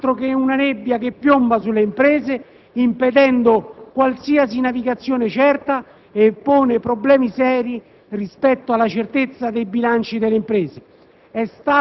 non è altro che una nebbia che piomba sulle imprese, impedendo qualsiasi navigazione certa e ponendo problemi seri rispetto alla certezza dei bilanci delle imprese.